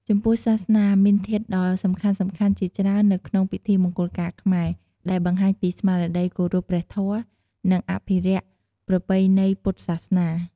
ចំពោះសាសនា មានធាតុផ្សំដ៏សំខាន់ៗជាច្រើននៅក្នុងពិធីមង្គលការខ្មែរ ដែលបង្ហាញពីស្មារតីគោរពព្រះធម៌ និងអភិរក្សប្រពៃណីពុទ្ធសាសនា។